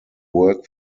work